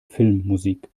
filmmusik